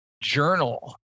journal